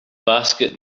basket